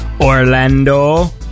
Orlando